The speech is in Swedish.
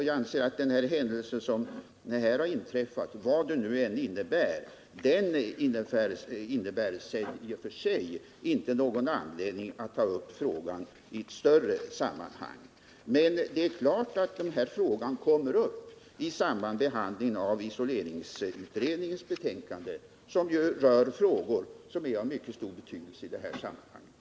Jag anser att den här inträffade händelsen, vad den nu än innebär, i och för sig inte föranleder att frågan tas uppi ett större sammanhang. Men det är klart att frågan kommer upp i samband med behandlingen av isoleringsutredningens betänkande, som ju rör frågor av mycket stor betydelse i det här sammanhanget.